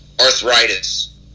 Arthritis